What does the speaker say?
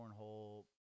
cornhole